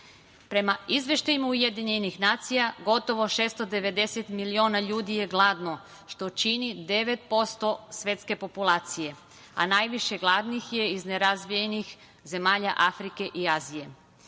važna. Prema izveštajima UN, gotovo 690 miliona ljudi je gladno, što čini 9% svetske populacije, a najviše gladnih je iz nerazvijenih zemalja Afrike i Azije.